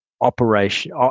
Operation